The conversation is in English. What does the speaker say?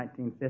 1950